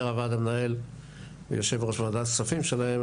הוועד המנהל ויו"ר וועדת הכספים שלהם,